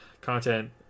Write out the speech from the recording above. content